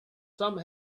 some